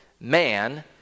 Man